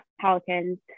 pelicans